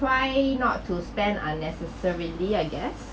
try not to spend unnecessarily I guess